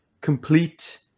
complete